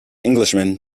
englishman